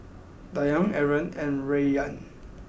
Dayang Aaron and Rayyan